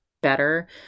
better